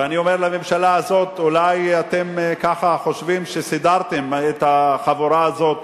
ואני אומר לממשלה הזאת: אולי אתם ככה חושבים שסידרתם את החבורה הזאת